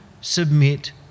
submit